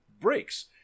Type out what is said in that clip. breaks